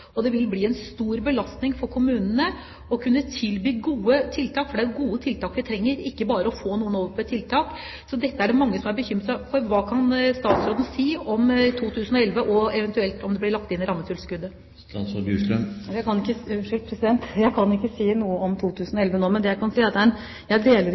Det vil bli en stor belastning for kommunene å kunne tilby gode tiltak – for det er gode tiltak vi trenger, ikke bare å få noen over på tiltak. Dette er det derfor mange som er bekymret for. Hva kan statsråden si om 2011? Og vil det eventuelt bli lagt inn i rammetilskuddet? Jeg kan ikke si noe om 2011 nå. Men det jeg kan si, er at jeg ikke deler